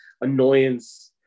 annoyance